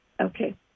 okay